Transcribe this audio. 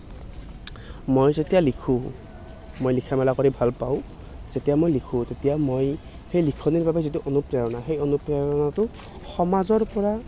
মই যেতিয়া লিখোঁ মই লিখা মেলা কৰি ভাল পাওঁ যেতিয়া মই লিখোঁ তেতিয়া মই সেই লিখনিৰ বাবে যিটো অনুপ্ৰেৰণা সেই অনুপ্ৰেৰণাটো সমাজৰ পৰা